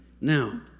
Now